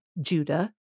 Judah